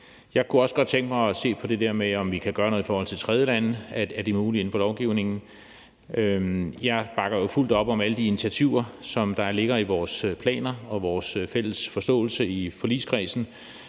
Jeg kunne også godt tænke mig at se på det der med, om vi kan gøre noget i forhold til tredjelande. Er det muligt inden for lovgivningen? Jeg bakker jo fuldt op om alle de initiativer, som der ligger i vores planer og er en fælles forståelse om i forligskredsen.